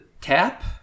Tap